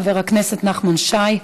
של חבר הכנסת נחמן שי: